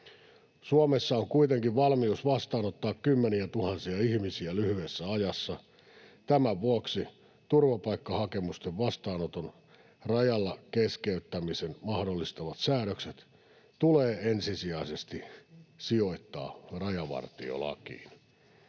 Suomessa on kuitenkin valmius vastaanottaa kymmeniätuhansia ihmisiä lyhyessä ajassa. Tämän vuoksi turvapaikkahakemusten vastaanoton rajalla keskeyttämisen mahdollistavat säädökset tulee ensisijaisesti sijoittaa rajavartiolakiin.